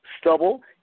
stubble